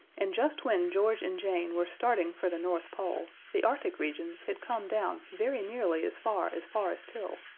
and just when george and jane were starting for the north pole, the arctic regions had come down very nearly as far as forest hill,